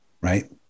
right